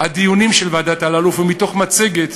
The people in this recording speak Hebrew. הדיונים של ועדת אלאלוף ומתוך מצגת